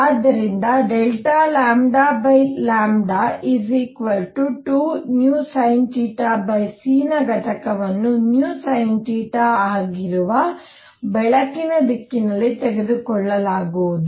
ಆದ್ದರಿಂದ 2vsinθc ನ ಘಟಕವನ್ನು vsinθ ಆಗಿರುವ ಬೆಳಕಿನ ದಿಕ್ಕಿನಲ್ಲಿ ತೆಗೆದುಕೊಳ್ಳಲಾಗುವುದು